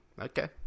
Okay